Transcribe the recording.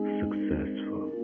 successful